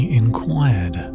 inquired